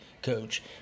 coach